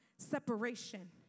separation